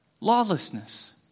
Lawlessness